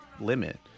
limit